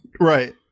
Right